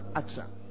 action